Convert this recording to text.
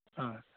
ᱦᱮᱸ